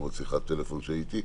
למרות שיחת טלפון שערכתי.